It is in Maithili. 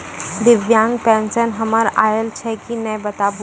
दिव्यांग पेंशन हमर आयल छै कि नैय बताबू?